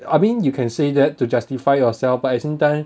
I mean you can say that to justify yourself but at the same time